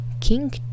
King